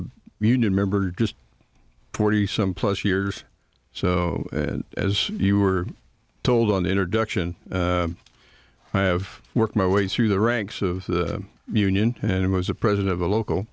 a union member just forty some plus years so as you were told on introduction i have worked my way through the ranks of the union and it was a president of a local